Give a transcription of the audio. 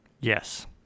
Yes